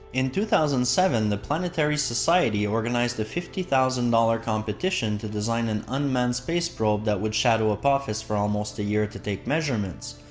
in two thousand and seven, the planetary society organized a fifty thousand competition to design an unmanned space probe that would shadow apophis for almost a year to take measurements.